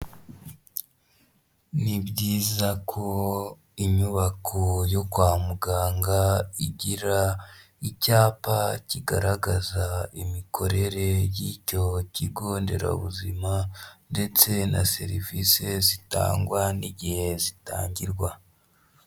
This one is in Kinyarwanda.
Ni byiza ko inyubako yo kwa muganga igira icyapa kigaragaza imikorere y'icyo kigo nderabuzima ndetse na serivisi zitangwa n'igihe zitangirwa.